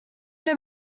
ble